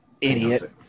Idiot